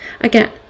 Again